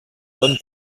don